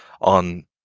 on